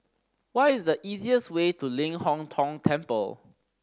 what is the easiest way to Ling Hong Tong Temple